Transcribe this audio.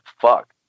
fuck